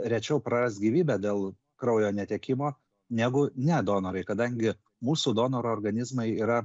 rečiau prarast gyvybę dėl kraujo netekimo negu ne donorai kadangi mūsų donoro organizmai yra